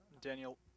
Daniel